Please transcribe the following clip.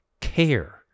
care